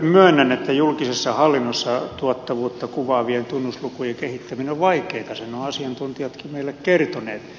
myönnän että julkisessa hallinnossa tuottavuutta kuvaavien tunnuslukujen kehittäminen on vaikeata sen ovat asiantuntijatkin meille kertoneet